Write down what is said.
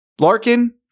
Larkin